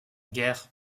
guerre